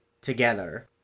together